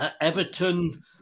Everton